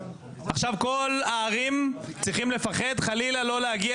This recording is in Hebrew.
עכשיו בכל הערים צריכים לפחד חלילה לא להגיע